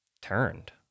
turned